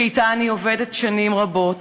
שאתה אני עובדת שנים רבות,